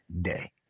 day